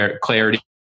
clarity